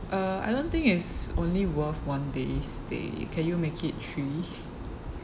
uh I don't think it's only worth one day's stay can you make it three